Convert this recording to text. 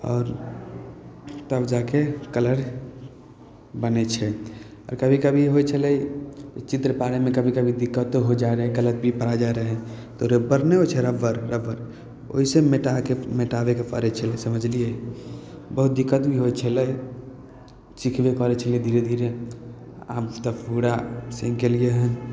आओर तब जाके कलर बनै छै कभी कभी होइ छलै चित्र पाड़ैमे कभी कभी दिक्कतो हो जाइ रहै गलत भी पड़ा जाइ रहै तऽ रबर नहि होइ छै रबर रबर ओहिसे मेटाके मेटाबैके पड़ै छलै समझलिए बहुत दिक्कत भी होइ छलै सिखबे करै छलिए धीरे धीरे आब तऽ पूरा सीखि गेलिए हँ